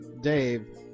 Dave